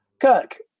Kirk